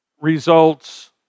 results